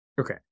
Okay